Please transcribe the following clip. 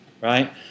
right